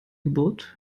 geburt